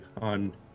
on